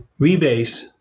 Rebase